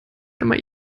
einmal